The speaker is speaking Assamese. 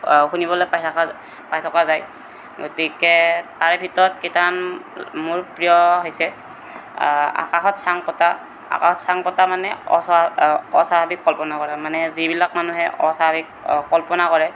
শুনিবলৈ পাই থাকা যা পাই থকা যায় গতিকে তাৰে ভিতৰত কেইটামান মোৰ প্ৰিয় হৈছে আকাশত চাং পতা আকাশত চাং পতা মানে অস্বা অস্বাভাৱিক কল্পনা কৰা মানে যিবিলাক মানুহে অস্বাভাৱিক কল্পনা কৰে